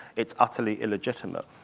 it's utterly illegitimate.